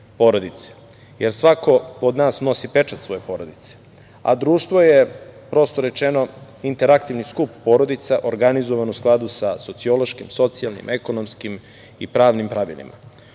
Svako od nas nosi pečat svoje porodice, a društvo je, prosto rečeno, interaktivni skup porodica, organizovano u skladu sa sociološkim, socijalnim, ekonomskim i pravnim pravilima. Koliko